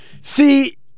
See